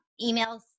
Emails